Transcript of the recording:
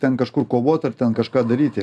ten kažkur kovoti ar ten kažką daryti